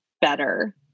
better